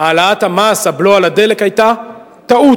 העלאת המס, הבלו על הדלק, היתה טעות.